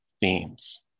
themes